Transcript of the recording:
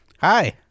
Hi